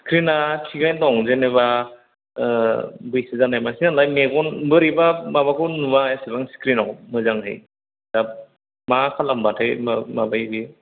स्क्रिना थिगानो दं जेन'बा बैसो जानाय मोनसे आरो मेगन बोरैबा माबाखौ नुवा एसेबां स्क्रिनाव मोजाङै मा खालामबाथाय मा माबायो बेयो